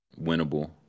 winnable